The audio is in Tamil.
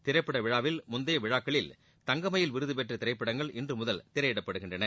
திரைப்பட விழாவில் முந்தைய விழாக்களில் தங்க மயில் விருது பெற்ற திரைப்படங்கள் இன்று முதல் திரையிடப்படுகின்றன